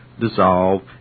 dissolve